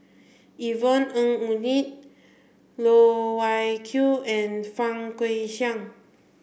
Yvonne Ng Uhde Loh Wai Kiew and Fang Guixiang